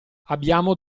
abbiamo